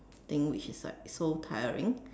think which is like so tiring